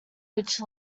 which